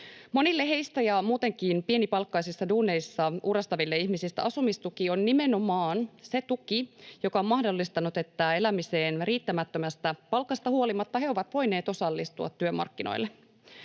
Monille heistä ja muutenkin pienipalkkaisissa duuneissa uurastaville ihmisille asumistuki on nimenomaan se tuki, joka on mahdollistanut, että elämiseen riittämättömästä palkasta huolimatta he ovat voineet osallistua työmarkkinoille.